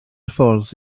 ffordd